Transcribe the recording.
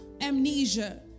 amnesia